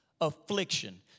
affliction